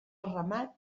ramat